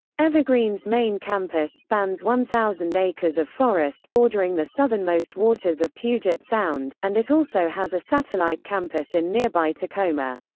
evergreen's main campus spans one thousand acres of forest bordering the southernmost waters of puget sound, and it also has a satellite campus in nearby tacoma.